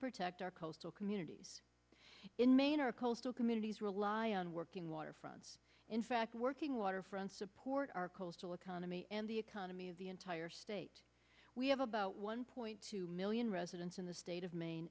protect our coastal communities in maine our coastal communities rely on working waterfronts in fact working waterfronts support our coastal economy and the economy of the entire state we have about one point two million residents in the state of maine